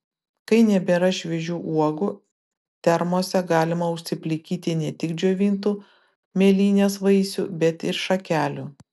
kai nebėra šviežių uogų termose galima užsiplikyti ne tik džiovintų mėlynės vaisių bet ir šakelių